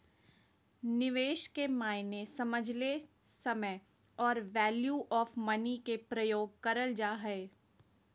निवेश के मायने समझे ले समय आर वैल्यू ऑफ़ मनी के प्रयोग करल जा हय